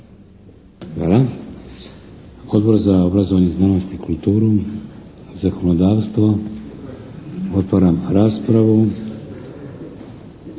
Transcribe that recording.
Hvala. Odbor za obrazovanje, znanost i kulturu, zakonodavstvo. Otvaram raspravu.